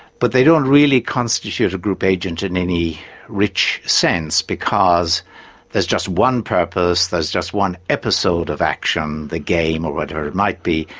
but they don't really constitute a group agent in any rich sense, because there's just one purpose, there's just one episode of action, the game or whatever it might be,